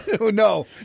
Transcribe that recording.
no